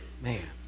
man